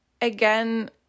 again